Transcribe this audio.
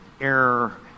error